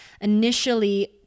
initially